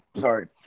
sorry